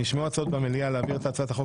נשמעו הצעות במליאה להעביר את הצעת החוק